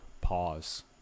pause